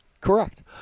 correct